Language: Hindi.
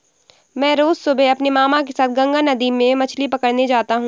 मैं रोज सुबह अपने मामा के साथ गंगा नदी में मछली पकड़ने जाता हूं